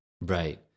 Right